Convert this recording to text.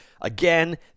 Again